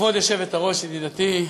כבוד היושבת-ראש ידידתי,